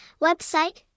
Website